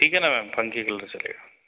ठीक है न मैम फ़ंकी कलर चलेगा